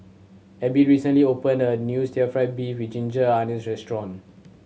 Abbey recently opened a new still fried beef with ginger onions restaurant